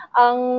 ang